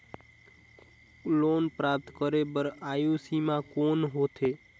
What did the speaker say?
Loan प्राप्त करे बर आयु सीमा कौन होथे?